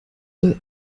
soll